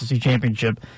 championship